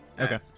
Okay